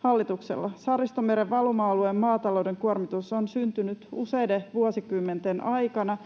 hallituksella. Saaristomeren valuma-alueen maatalouden kuormitus on syntynyt useiden vuosikymmenten aikana,